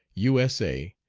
u s a,